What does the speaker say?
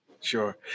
sure